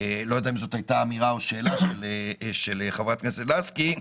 לא יודע אם זו הייתה אמירה או שאלה של חברת הכנסת לסקי,